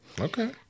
Okay